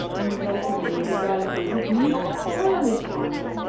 resulting in the development of new coalitions.